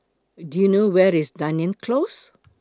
Do YOU know Where IS Dunearn Close